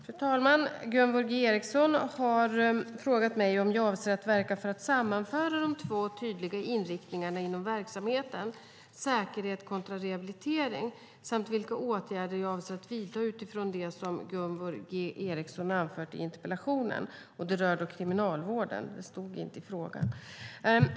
Fru talman! Gunvor G Ericson har frågat mig om jag avser att verka för att sammanföra de två tydliga inriktningarna inom verksamheten, säkerhet kontra rehabilitering, samt vilka åtgärder jag avser att vidta utifrån det som Gunvor G Ericson anfört i interpellationen. Det rör Kriminalvården, vilket inte framkom i frågan.